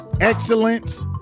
excellence